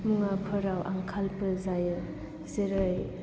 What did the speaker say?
मुवाफोराव आंखालबो जायो जेरै